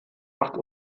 macht